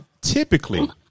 typically